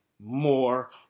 more